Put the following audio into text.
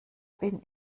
bin